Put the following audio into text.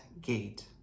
gate